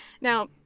Now